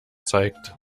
zeigt